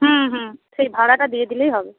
হুম হুম সেই ভাড়াটা দিয়ে দিলেই হবে